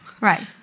Right